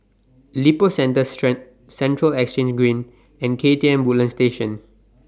Lippo Centre Central Exchange Green and K T M Woodlands Station